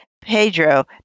Pedro